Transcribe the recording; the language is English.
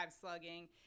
slugging